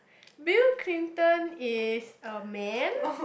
Bill-Clinton is a man